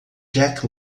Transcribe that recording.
jack